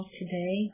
today